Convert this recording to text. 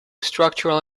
structural